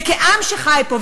וכעם שחי פה,